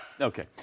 Okay